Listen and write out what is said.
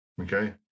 Okay